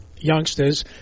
youngsters